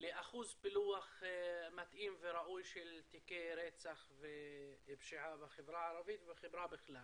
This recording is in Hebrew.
לאחוז פיצוח מתאים וראוי של תיקי רצח ופשיעה בחברה הערבית ובחברה בכלל.